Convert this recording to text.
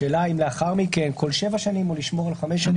השאלה אם לאחר מכן כל שבע שנים או לשמור על חמש שנים.